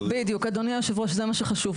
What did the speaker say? אדוני יושב הראש, זה מה שחשוב.